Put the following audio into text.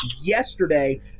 yesterday